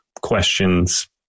questions